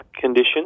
conditions